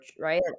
right